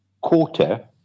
quarter